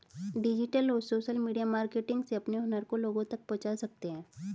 digital और social media marketing से अपने हुनर को लोगो तक पहुंचा सकते है